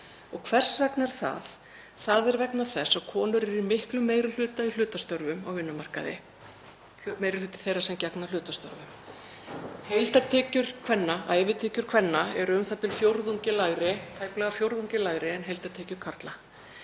Og hvers vegna er það? Það er vegna þess að konur eru í miklum meiri hluta í hlutastörfum á vinnumarkaði, eru meiri hluti þeirra sem gegna hlutastörfum. Heildartekjur kvenna, ævitekjur kvenna, eru tæplega fjórðungi lægri en heildartekjur karla.